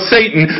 Satan